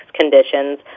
conditions